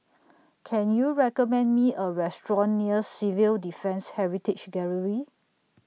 Can YOU recommend Me A Restaurant near Civil Defence Heritage Gallery